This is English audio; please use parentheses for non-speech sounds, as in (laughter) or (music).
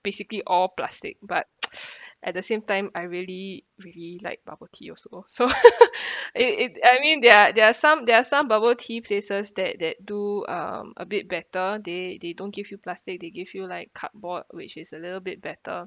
basically all plastic but (noise) at the same time I really really like bubble tea also so (laughs) (breath) it it I mean there there are some there are some bubble tea places that that do um a bit better they they don't give you plastic they give you like cardboard which is a little bit better